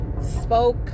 spoke